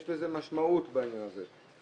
יש לזה משמעות בעניין הזה.